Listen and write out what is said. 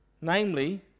Namely